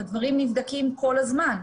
הדברים נבדקים כול הזמן.